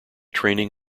training